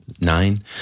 nine